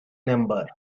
number